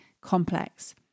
complex